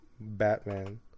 Batman